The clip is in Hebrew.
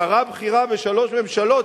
שרה בכירה בשלוש ממשלות,